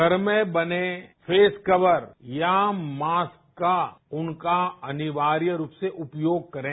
घर में बने फेसकर्व्हर या मास का उनका अनिवार्य और से उपयोग करे